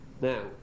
Now